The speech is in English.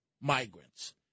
migrants